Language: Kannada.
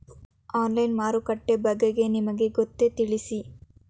ಆನ್ಲೈನ್ ಮಾರುಕಟ್ಟೆ ಬಗೆಗೆ ನಿಮಗೆ ಗೊತ್ತೇ? ತಿಳಿಸಿ?